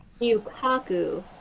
yukaku